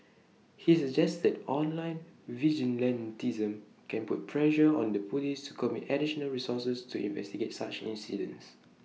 he suggested online vigilantism can put pressure on the Police to commit additional resources to investigate such incidents